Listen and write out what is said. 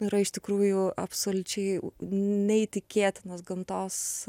yra iš tikrųjų absoliučiai neįtikėtinas gamtos